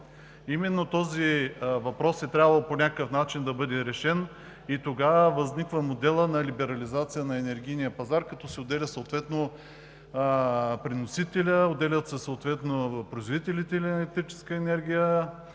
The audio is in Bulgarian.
Именно този въпрос е трябвало по някакъв начин да бъде решен и тогава възниква моделът на либерализация на енергийния пазар, като се отделя съответно преносителят, отделят се производителите на